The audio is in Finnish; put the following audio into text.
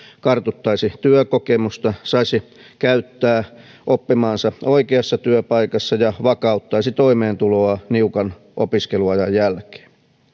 kartuttaisi työkokemusta saisi käyttää oppimaansa oikeassa työpaikassa ja vakauttaisi toimeentuloa niukan opiskeluajan jälkeen